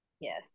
Yes